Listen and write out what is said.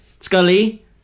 Scully